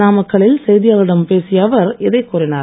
நாமக்கலில் செய்தியாளர்களிடம் பேசிய அவர் இதைக் கூறினார்